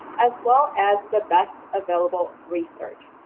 as well as the best available research.